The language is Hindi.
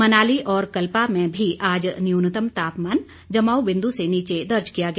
मनाली और कल्पा में भी आज न्यूनतम तापमान जमाव बिंदु से नीचे दर्ज किया गया